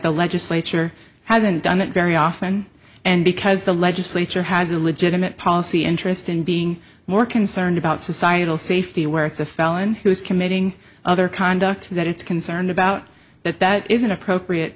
the legislature hasn't done that very often and because the legislature has a legitimate policy interest in being more concerned about societal safety where it's a felon who is committing other conduct that it's concerned about that that is an appropriate